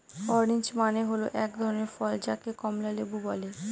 orange মানে হল এক ধরনের ফল যাকে কমলা লেবু বলে